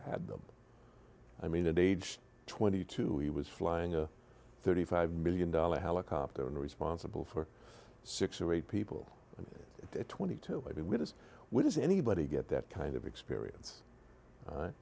had them i mean that age twenty two he was flying a thirty five million dollars helicopter and responsible for six or eight people twenty two minutes which is anybody get that kind of experience